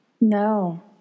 No